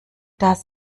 das